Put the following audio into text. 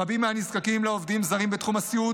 רבים מהנזקקים לעובדים זרים בתחום הסיעוד